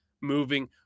moving